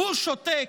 הוא שותק.